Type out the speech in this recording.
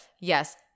yes